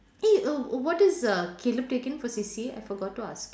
eh err what is uh Caleb taking for C_C_A I forgot to ask